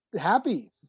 happy